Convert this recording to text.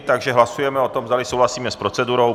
Takže hlasujeme o tom, zdali souhlasíme s procedurou.